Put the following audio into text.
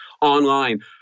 online